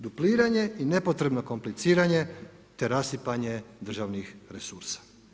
Dupliranje i nepotrebno kompliciranje, te rasipanje državnih resursa.